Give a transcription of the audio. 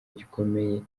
gikomeye